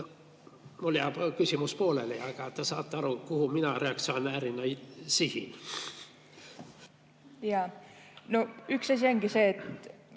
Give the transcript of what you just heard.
Mul jääb küsimus pooleli, aga te saate aru, kuhu mina reaktsionäärina sihin. Jaa. No üks asi ongi see, et